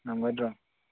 ꯉꯝꯒꯗ꯭ꯔꯣ